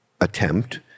attempt